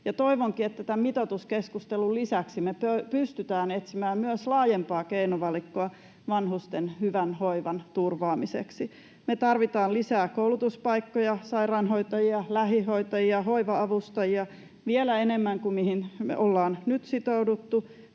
Toivonkin, että tämän mitoituskeskustelun lisäksi me pystytään etsimään myös laajempaa keinovalikkoa vanhusten hyvän hoivan turvaamiseksi. Me tarvitaan lisää koulutuspaikkoja, sairaanhoitajia, lähihoitajia, hoiva-avustajia — vielä enemmän kuin mihin me ollaan nyt sitouduttu.